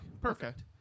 perfect